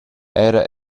era